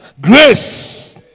Grace